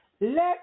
let